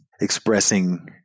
expressing